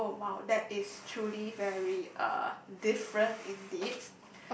oh !wow! that is truly very uh different indeed